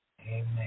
Amen